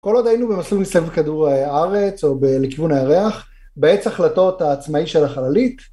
כל עוד היינו במסלול מסביב לכדור הארץ, או לכיוון הירח, בעץ החלטות העצמאי של החללית.